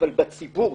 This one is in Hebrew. אבל בציבור,